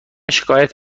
شکایت